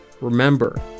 Remember